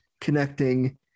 connecting